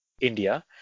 India